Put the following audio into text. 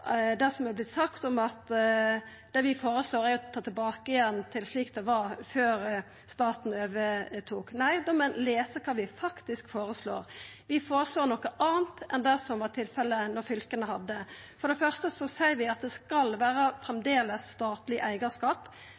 det som har vorte sagt om at det vi føreslår, er å ta det tilbake igjen til slik det var før staten overtok. Nei, da må ein lesa kva vi faktisk føreslår. Vi føreslår noko anna enn det som var tilfellet da fylka hadde det. For det første seier vi at det framleis skal vera statleg eigarskap.